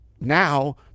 Now